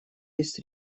есть